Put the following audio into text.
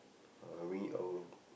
uh we will